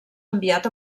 enviat